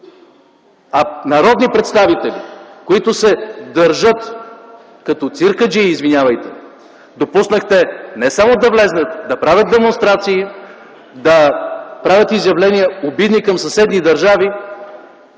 народни представители, които се държат, извинявайте, като циркаджии, не само да влязат, да правят демонстрации, да правят изявления, обидни към съседни държави,